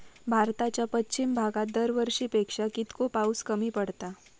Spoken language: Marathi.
भारताच्या पश्चिम भागात दरवर्षी पेक्षा कीतको पाऊस कमी पडता?